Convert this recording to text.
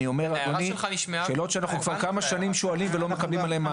אלה שאלות שאנחנו שואלים כבר כמה שנים ולא מקבלים עליהן מענה.